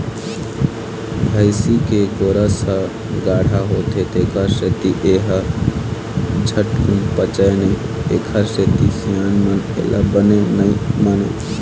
भइसी के गोरस ह गाड़हा होथे तेखर सेती ए ह झटकून पचय नई एखरे सेती सियान मन एला बने नइ मानय